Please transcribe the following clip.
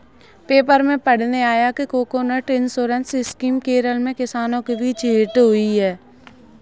paper में पढ़ने आया कि कोकोनट इंश्योरेंस स्कीम केरल में किसानों के बीच हिट हुई है